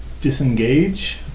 disengage